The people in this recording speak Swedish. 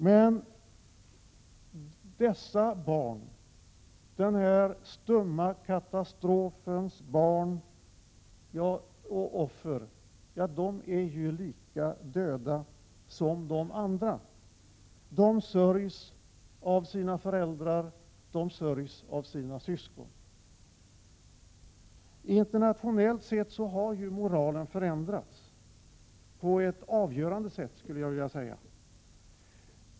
Men den stumma katastrofens offer är ju lika döda som de övriga. De sörjs av sina föräldrar och av sina syskon. Internationellt sett har moralen förändrats på ett avgörande sätt, skulle jag vilja säga.